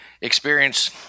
experience